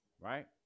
Right